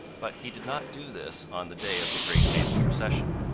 but he did not do this on the day of the great naval procession.